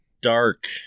Dark